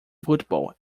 football